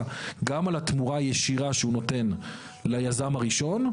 גם על התמורה הישירה שהוא נותן ליזם הראשון,